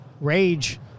rage